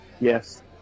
Yes